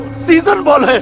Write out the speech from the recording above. season but